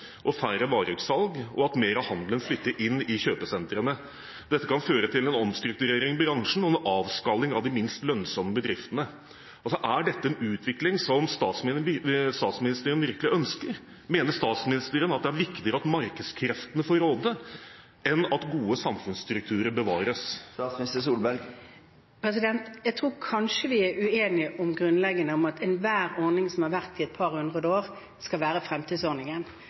og færre vareutsalg og at mer av handelen flytter inn i kjøpesentrene. Dette kan føre til en omstrukturering i bransjen og en avskalling av de minst lønnsomme bedriftene. Er dette en utvikling som statsministeren virkelig ønsker? Mener statsministeren at det er viktigere at markedskreftene får råde, enn at gode samfunnsstrukturer bevares? Jeg tror kanskje vi er grunnleggende uenige om hvorvidt enhver ordning som har vart i et par hundre år, skal være fremtidsordningen.